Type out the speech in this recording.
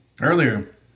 earlier